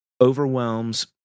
overwhelms